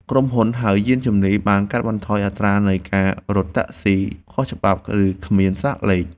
ក្រុមហ៊ុនហៅយានជំនិះ បានកាត់បន្ថយអត្រានៃការរត់តាក់ស៊ីខុសច្បាប់ ឬគ្មានស្លាកលេខ។